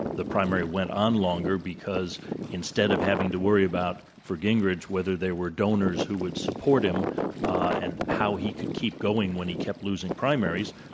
the primary went on longer because because instead of having to worry about for gingrich whether they were donors who would support him and how he could keep going when he kept losing primaries,